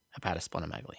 hepatosplenomegaly